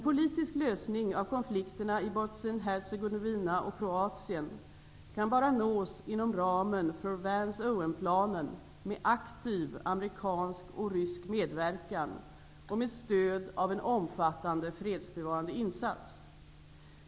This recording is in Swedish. Hercegovina och Kroatien kan bara nås inom ramen för Vance-Owen planen med aktiv amerikansk och rysk medverkan och med stöd av en omfattande fredsbevarande insats.